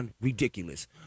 ridiculous